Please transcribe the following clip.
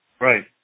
Right